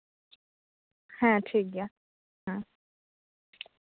ᱦᱮᱸ ᱴᱷᱤᱠᱜᱮᱭᱟ ᱦᱮᱸ